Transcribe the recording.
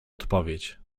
odpowiedź